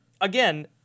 again